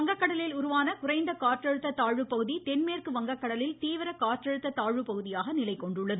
வங்ககடலில் உருவான குறைந்த காற்றழுத்த தாழ்வு பகுதி தென்மேற்கு வங்ககடலில் தீவிர காற்றழுத்த தாழ்வு பகுதியாக நிலைகொண்டுள்ளது